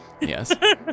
Yes